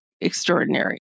extraordinary